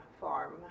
farm